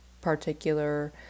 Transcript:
particular